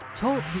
Talk